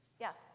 Yes